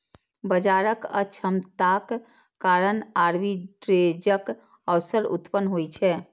बाजारक अक्षमताक कारण आर्बिट्रेजक अवसर उत्पन्न होइ छै